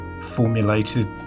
formulated